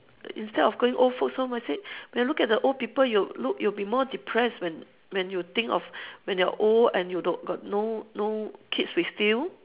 instead of going old folks home I said when look at the old people you will look you will be more depressed when when you think of when you're old and you don't got no no kids with you